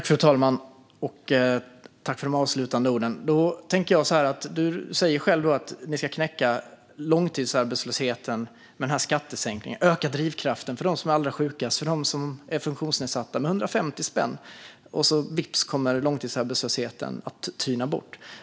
Fru talman! Tack för de avslutande orden! Mattias Karlsson säger själv att ni ska knäcka långtidsarbetslösheten med den här skattesänkningen. Ni ska öka drivkraften för dem som är allra sjukast och för funktionsnedsatta med 150 spänn, och vips kommer långtidsarbetslösheten att tyna bort.